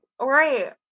Right